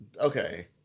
okay